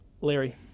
Larry